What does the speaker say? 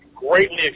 greatly